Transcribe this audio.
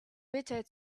bitter